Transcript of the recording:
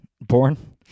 born